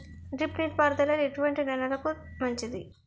Drip నీటి పారుదల ఎటువంటి నెలలకు మంచిది?